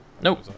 Nope